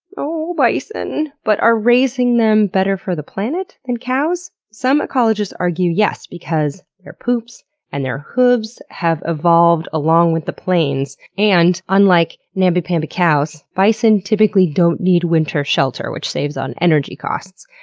ooooh bison! but are raising them better for the planet than cows? some ecologists argue, yes because their poops and their hooves have evolved along with the plains. and, unlike namby-pamby cows, cows, bison typically don't need winter shelter, which saves on energy costs.